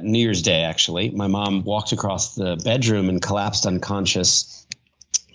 new year's day actually, my mom walked across the bedroom and collapsed unconscious